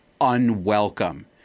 unwelcome